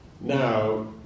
now